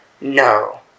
No